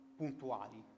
puntuali